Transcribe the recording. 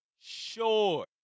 sure